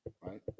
Right